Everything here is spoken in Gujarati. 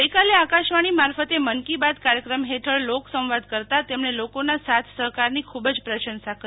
ગઈકાલે આકાશવાણી મારફતે મન કી બાત કાર્યક્રમ હેઠળ લોક સંવાદ કરતાં તેમણે લોકોના સાથ સહકારની ખૂબ જ પ્રશંસા કરી